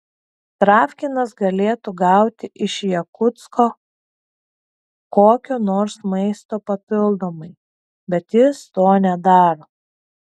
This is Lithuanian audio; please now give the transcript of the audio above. travkinas galėtų gauti iš jakutsko kokio nors maisto papildomai bet jis to nedaro